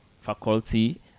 faculty